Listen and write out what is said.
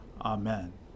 Amen